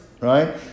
right